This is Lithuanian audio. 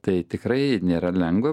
tai tikrai nėra lengva